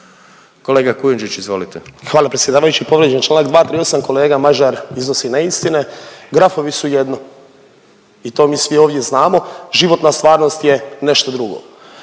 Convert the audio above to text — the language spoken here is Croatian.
**Kujundžić, Ante (MOST)** Hvala predsjedavajući. Povrijeđen je čl. 238. kolega Mažar iznosi neistine. Grafovi su jedno i to mi svi ovdje znamo, životna stvarnost je nešto drugo.